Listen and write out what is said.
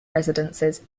residences